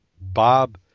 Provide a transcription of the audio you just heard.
Bob